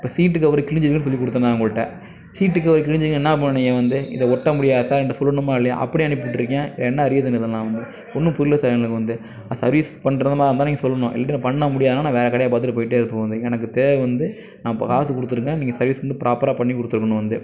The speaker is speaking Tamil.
இப்போ சீட்டு கவரு கிழிஞ்ருந்துச்சுன்னு சொல்லி குடுத்தேன் நான் உங்கள்ட்ட சீட்டு கவரு கிழிஞ்சத்துக்கு நீங்கள் என்ன பண்ணணும் நீங்கள் வந்து இதை ஒட்ட முடியாது சார் என்ட்ட சொல்லணுமா இல்லையா அப்படியே அனுப்பி விட்டுருக்கீங்க என்ன ரீசன் இல்லமால் ஒன்றும் புரியலை சார் எங்களுக்கு வந்து சர்வீஸ் பண்ணுறதாருந்தா நீங்கள் சொல்லணும் சர்வீஸ் பண்ண முடியாதுனா நான் வேற கடையை பார்த்துட்டு போயிட்டேருப்பேன் இப்போ வந்து எனக்கு தேவை வந்து நான் இப்போ காசு குடுத்துருக்கேன் நீங்கள் சர்விஸ் வந்து ப்ராப்பராக பண்ணி கொடுத்துருக்கணும் வந்து